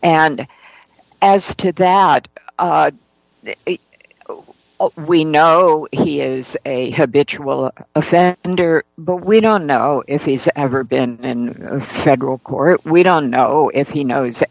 and as to that we know he is a habitual offender but we don't know if he's ever been and federal court we don't know if he knows